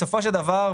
בסופו של דבר,